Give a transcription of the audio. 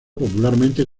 popularmente